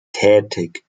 tätig